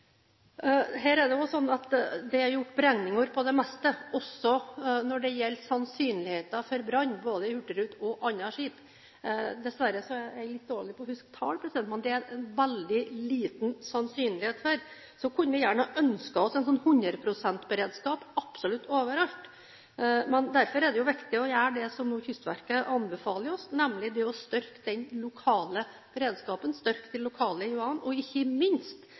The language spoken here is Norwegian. Her er det slik at det er gjort beregninger på det meste, også når det gjelder sannsynligheten for brann både på hurtigruta og på andre skip – dessverre er jeg litt dårlig til å huske tall, men det er en veldig liten sannsynlighet for det. Så kunne vi gjerne ønsket oss 100 pst. beredskap absolutt overalt. Derfor er det viktig å gjøre det som Kystverket anbefaler, nemlig å styrke den lokale beredskapen, styrke de lokale IUA-ene og ikke minst